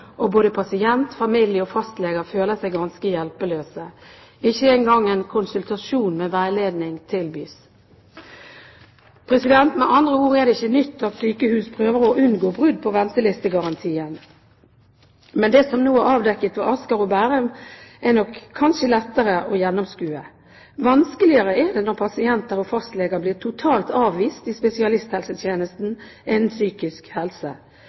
og både pasient, familie og fastlege føler seg ganske hjelpeløse. Ikke engang en konsultasjon med veiledning tilbys. Med andre ord er det ikke nytt at sykehus prøver å unngå brudd på ventelistegarantien, men det som nå er avdekket ved Sykehuset Asker og Bærum, er nok kanskje lettere å gjennomskue. Vanskeligere er det når pasienter og fastleger blir totalt avvist i spesialisthelsetjenesten innen psykisk helse.